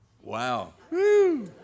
Wow